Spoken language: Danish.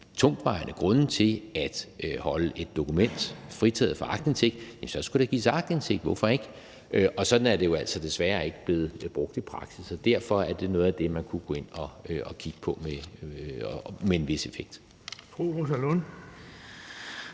tungtvejende grunde til at holde et dokument fritaget fra aktindsigt, jamen så skulle der gives aktindsigt. Hvorfor ikke? Og sådan er det jo altså desværre ikke blevet brugt i praksis. Derfor er det noget af det, man kunne gå ind at kigge på med en vis effekt.